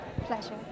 Pleasure